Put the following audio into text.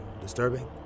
disturbing